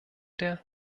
der